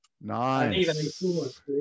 Nice